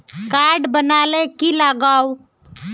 Card बना ले की लगाव?